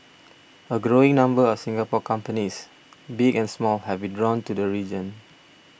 a growing number of Singapore companies big and small have been drawn to the region